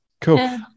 cool